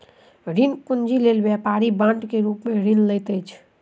ऋण पूंजी लेल व्यापारी बांड के रूप में ऋण लैत अछि